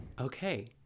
Okay